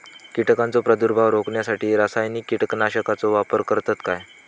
कीटकांचो प्रादुर्भाव रोखण्यासाठी रासायनिक कीटकनाशकाचो वापर करतत काय?